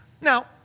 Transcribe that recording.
Now